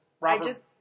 Robert